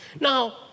Now